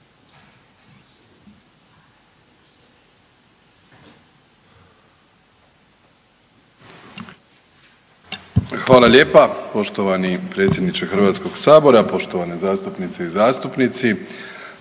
Hvala lijepa poštovani predsjedniče Hrvatskog sabora, poštovane zastupnice i zastupnici.